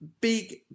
big